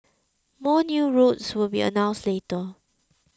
more new routes will be announced later